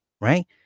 right